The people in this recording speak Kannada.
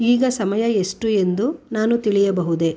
ಈಗ ಸಮಯ ಎಷ್ಟು ಎಂದು ನಾನು ತಿಳಿಯಬಹುದೇ